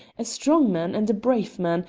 a strong man and a brave man,